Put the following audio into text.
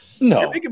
No